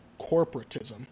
corporatism